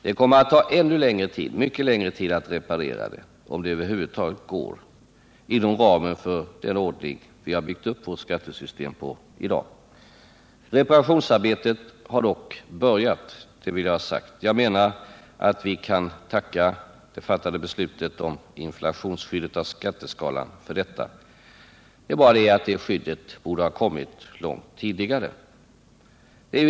Det kommer att ta ännu längre tid, mycket längre tid, att reparera det, om det över huvud taget går inom ramen för den ordning på vilken vi byggt upp vårt skattesystem. Reparationsarbetet har dock börjat, det vill jag ha sagt. Jag menar att vi kan tacka det fattade beslutet om inflationsskyddet av skatteskalan för detta. Det är bara det att detta skydd borde ha kommit långt tidigare.